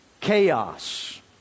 chaos